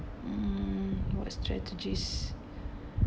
mm what strategies